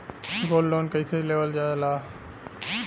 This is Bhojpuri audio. गोल्ड लोन कईसे लेवल जा ला?